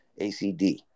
ACD